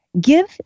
give